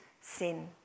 sin